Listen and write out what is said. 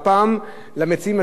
והפעם למציעים,